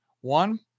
One